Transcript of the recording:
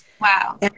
wow